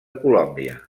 colòmbia